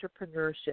entrepreneurship